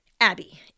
Abby